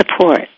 support